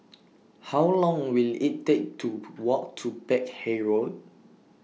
How Long Will IT Take to Walk to Peck Hay Road